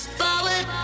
forward